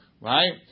right